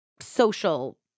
social